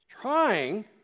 trying